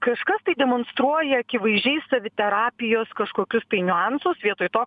kažkas tai demonstruoja akivaizdžiai saviterapijos kažkokius tai niuansus vietoj to